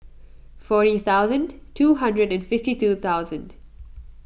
four thousand two hundred and fifty two thousand